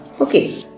Okay